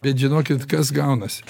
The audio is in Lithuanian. bet žinokit kas gaunasi